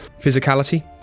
physicality